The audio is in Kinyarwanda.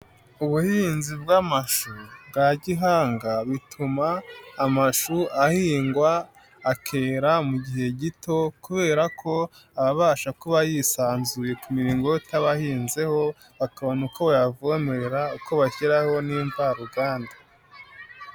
Ubuhinzi bw'amashu bwa gihanga bituma amashu ahingwa akera mu gihe gito kubera ko aba abasha kuba yisanzuye ku miringoti aba ahinzeho bakabona uko bayavomerera uko bashyiraho n'imvaruganda.